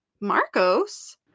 Marcos